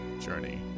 journey